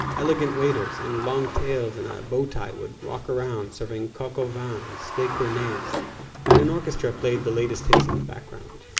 elegant waiters and long tails and a bow tie would walk around serving coq au vin, steak bearnaise and an orchestra played the latest hits in the background.